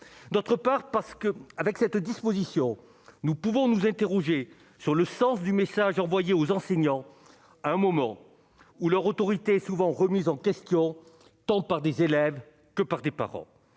d'autre part parce que, avec cette disposition, nous pouvons nous interroger sur le sens du message envoyé aux enseignants, à un moment où leur autorité souvent remise en question, tant par des élèves que par des parents,